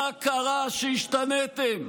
מה קרה מה שהשתניתם?